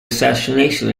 assassination